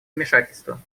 вмешательства